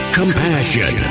compassion